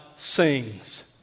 sings